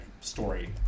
story